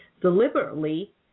deliberately